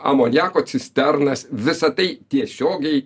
amoniako cisternas visa tai tiesiogiai